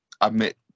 admit